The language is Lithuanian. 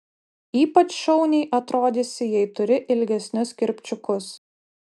ypač šauniai atrodysi jei turi ilgesnius kirpčiukus